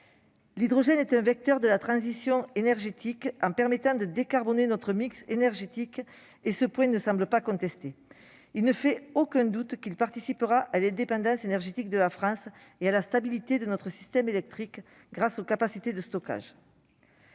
l'hydrogène. Celui-ci est un vecteur de la transition énergétique ; il doit permettre de décarboner notre mix énergétique. Ce point ne semble pas contesté. Il ne fait aucun doute qu'il participera à l'indépendance énergétique de la France et à la stabilité de notre système électrique, grâce aux capacités de stockage